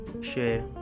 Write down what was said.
share